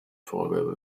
vorgabe